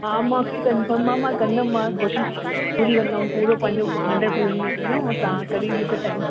हा मूंखे कंफ़र्म आहे मां कंदमि मां कोशिशि पूरी कंदमि पूरो पंहिंजो हंड्रेड परसेंट ॾींदमि ऐं तव्हां कॾहिं मूंखे टाइम